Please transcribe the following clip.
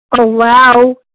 allow